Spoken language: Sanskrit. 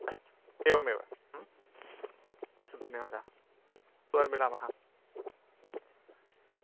अस्तु एवमेव अस्तु धन्यवादः पुनर्मिलामः